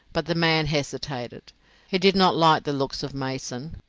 but the man hesitated he did not like the looks of mason.